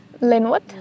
Linwood